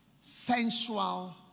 sensual